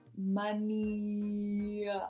money